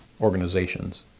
organizations